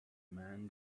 man